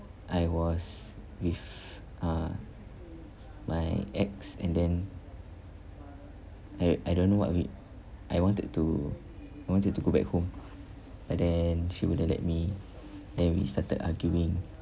I was with uh my ex and then I I don't know what we'd I wanted to I wanted to go back home but then she wouldn't let me then we started arguing